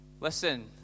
Listen